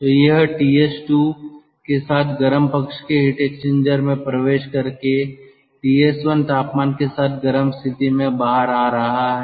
तो यह TS2 के साथ गर्म पक्ष के हीट एक्सचेंजर में प्रवेश कर के TS1 तापमान के साथ गर्म स्थिति में बाहर आ रहा है